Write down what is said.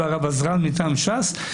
והרב עזרן מטעם ש"ס,